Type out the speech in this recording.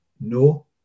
No